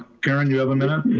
carmen, you have a minute.